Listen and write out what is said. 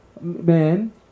man